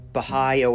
Baha'i